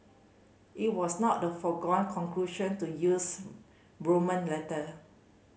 it was not the foregone conclusion to use Roman letter